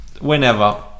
Whenever